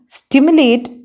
stimulate